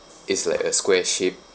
it's like a square shape